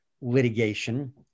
litigation